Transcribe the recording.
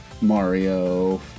Mario